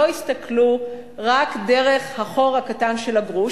לא יסתכלו רק דרך החור הקטן של הגרוש,